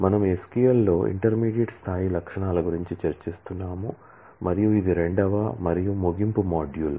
మనము SQL లో intermediate స్థాయి లక్షణాల గురించి చర్చిస్తున్నాము మరియు ఇది రెండవ మరియు ముగింపు మాడ్యూల్